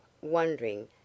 wondering